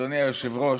אדוני היושב-ראש,